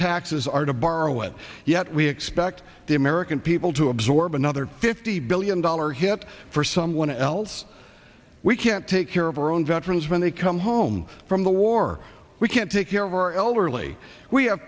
taxes are to borrow and yet we expect the american people to absorb another fifty billion dollar hit for someone else we can't take care of our own veterans when they come home from the war we can't take your elderly we have